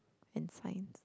and Science